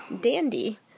dandy